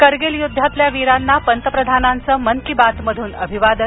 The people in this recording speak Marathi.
करगील युद्धातल्या वीरांना पतप्रधानांचं मन की बात मधून अभिवादन